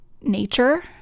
nature